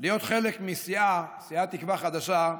להיות חלק מסיעה, סיעת תקווה חדשה,